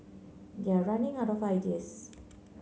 they're running out of ideas